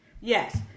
yes